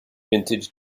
vintage